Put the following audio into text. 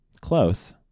Close